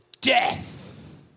Death